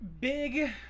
big